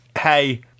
hey